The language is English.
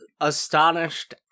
astonished